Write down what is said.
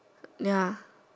ya